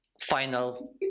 final